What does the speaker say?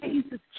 Jesus